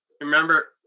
Remember